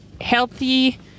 healthy